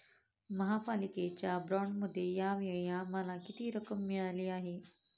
महापालिकेच्या बाँडमध्ये या वेळी आम्हाला किती रक्कम मिळाली आहे?